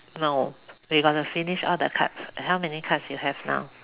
no we got to finish all the cards how many cards you have now